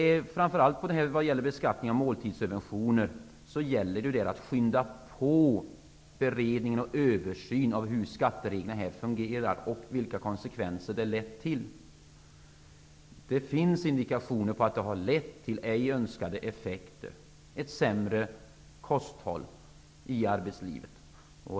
I fråga om beskattningen av måltidssubventioner gäller det framför allt att skynda på beredningen och översynen av hur skattereglerna fungerar och vilka konsekvenser som har uppstått. Det finns indikationer på att beskattningen av måltidssubventioner har fått ej önskade effekter, ett sämre kosthåll i arbetslivet.